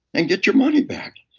and get your money back?